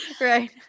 Right